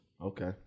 Okay